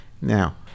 Now